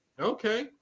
Okay